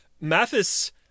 Mathis